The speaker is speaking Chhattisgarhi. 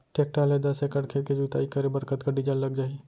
टेकटर ले दस एकड़ खेत के जुताई करे बर कतका डीजल लग जाही?